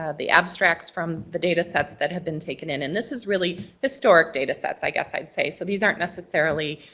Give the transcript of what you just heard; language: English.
the abstracts from the data sets that have been taken in. and this is really historic data sets, i guess i'd say. so these aren't necessarily,